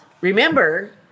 remember